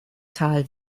tal